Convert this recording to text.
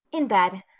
in bed.